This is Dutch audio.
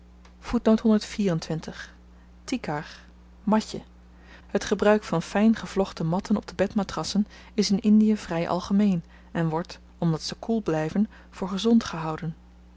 tikar matje het gebruik van fyn gevlochten matten op de bedmatrassen is in indie vry algemeen en wordt omdat ze koel blyven voor gezond gehouden